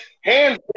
Hands